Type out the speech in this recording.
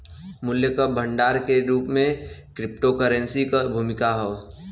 मूल्य क भंडार के रूप में क्रिप्टोकरेंसी क भूमिका हौ